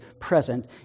present